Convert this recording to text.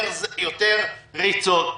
יותר ריצות,